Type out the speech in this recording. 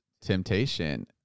temptation